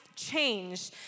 Change